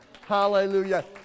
Hallelujah